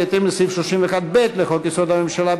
בהתאם לסעיף 31(ב) לחוק-יסוד: הממשלה,